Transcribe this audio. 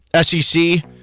SEC